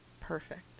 perfect